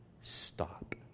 stop